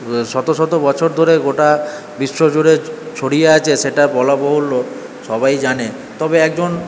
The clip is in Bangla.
শত শত বছর ধরে গোটা বিশ্ব জুড়ে ছড়িয়ে আছে সেটা বলা বাহুল্য সবাই জানে তবে একজন